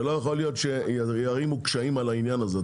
לא יכול להיות שיערימו קשיים על העניין הזה.